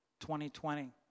2020